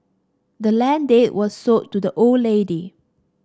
the land deed was sold to the old lady